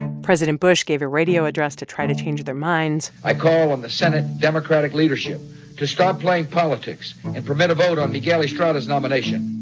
president bush gave a radio address to try to change their minds i call on the senate democratic leadership to stop playing politics and permit a vote on miguel estrada's nomination